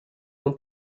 non